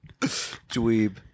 dweeb